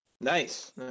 Nice